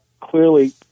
clearly